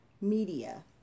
Media